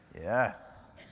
Yes